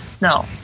No